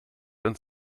uns